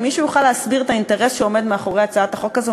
אם מישהו יוכל להסביר את האינטרס שעומד מאחורי הצעת החוק הזאת,